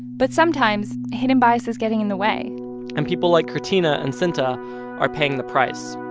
but sometimes, hidden bias is getting in the way and people like quirtina and synta are paying the price